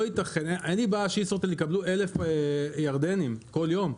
אין לי בעיה שישרוטל יקבלו 1,000 ירדנים כל יום,